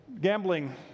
gambling